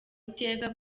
iteka